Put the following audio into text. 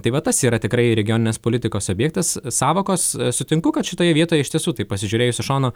tai va tas yra tikrai regioninės politikos objektas sąvokos sutinku kad šitoje vietoje iš tiesų tai pasižiūrėjus iš šono